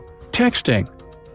Texting